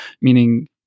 meaning